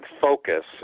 focus